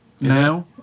now